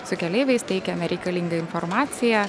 su keleiviais teikiame reikalingą informaciją